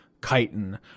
chitin